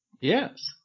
Yes